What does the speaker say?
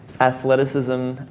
athleticism